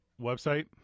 website